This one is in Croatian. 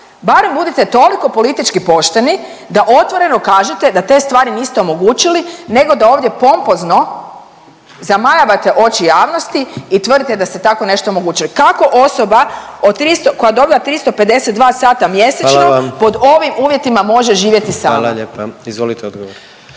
Barem budite toliko politički pošteni da otvoreno kažete da te stvari niste omogućili, nego da ovdje pompozno zamajavate oči javnosti i tvrdite da se tako nešto omogućuje. Kako osoba koja dobiva 352 sata mjesečno … …/Upadica predsjednik: Hvala vam./… … pod ovim